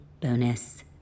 bonus